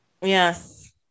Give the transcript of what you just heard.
Yes